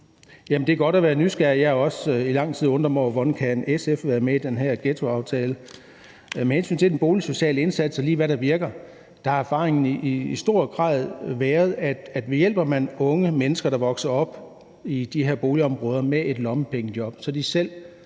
Det er godt at være nysgerrig. Jeg har også i lang tid undret mig over, hvordan SF kan være med i den her ghettoaftale. Med hensyn til den boligsociale indsats og med hensyn til, hvad der virker, har erfaringen i høj grad været, at hjælper man unge mennesker, der vokser op i de her boligområder, med et lommepengejob, så de får